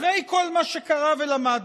אחרי כל מה שקרה ולמדנו,